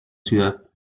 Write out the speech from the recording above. ciudad